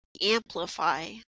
amplify